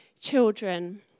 children